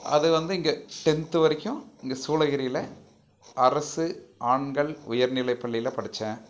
அது வந்து இங்கே டென்த்து வரைக்கும் இங்க சூளகிரியில் அரசு ஆண்கள் உயர்நிலை பள்ளியில் படித்தேன்